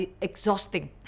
exhausting